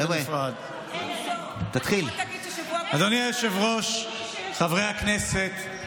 לפחות תגיד שבשבוע הבא הם יוכלו להעלות את זה.